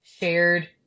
shared